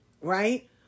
right